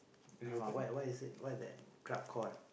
I don't know what what he said what's that club call